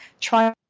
try